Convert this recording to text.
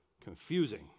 confusing